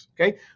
okay